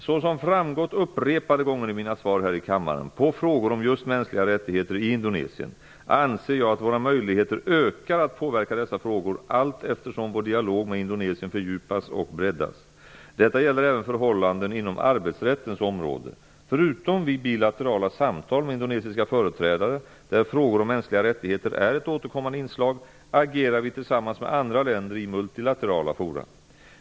Såsom har framgått upprepade gånger i mina svar här i kammaren, på frågor om just mänskliga rättigheter i Indonesien, anser jag att våra möjligheter ökar att påverka dessa frågor, allteftersom vår dialog med Indonesien fördjupas och breddas. Detta gäller även förhållanden inom arbetsrättens område. Förutom vid bilaterala samtal med indonesiska företrädare, där frågor om mänskliga rättigheter är ett återkommande inslag, agerar vi tillsammans med andra länder i multilaterala forum.